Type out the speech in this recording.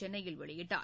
சென்னையில் வெளியிட்டார்